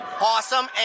Awesome